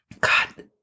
God